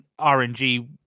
rng